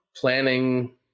planning